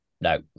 no